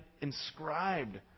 inscribed